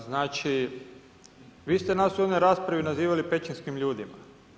Znači, vi ste nas u onoj raspravi nazivali pećinskim ljudima.